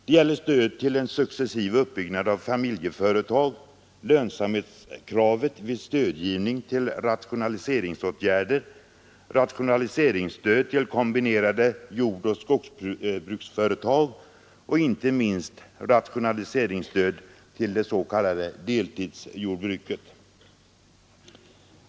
Det gäller stöd till en successiv uppbyggnad av familjeföretag, lönsamhetskravet vid stödgivning till rationaliseringsåtgärder, rationaliseringsstöd till kombinerade jordoch skogsbruksföretag och inte minst rationaliseringsstöd till det s.k. deltidsjordbruket.